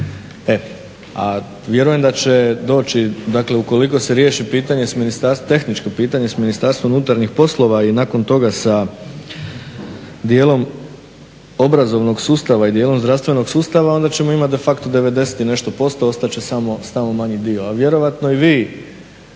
A vjerujem da će doći dakle ukoliko se riješi tehničko pitanje s MUP-om i nakon toga sa dijelom obrazovnog sustava i dijelom zdravstvenog sustava onda ćemo imati de facto 90 i nešto posto, ostat će samo manji dio. A vjerojatno i vi